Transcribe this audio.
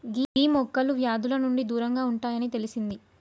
గీ మొక్కలు వ్యాధుల నుండి దూరంగా ఉంటాయి అని తెలిసింది